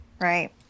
Right